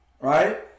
right